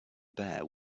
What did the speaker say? bear